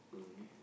mm